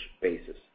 basis